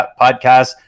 podcast